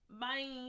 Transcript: Bye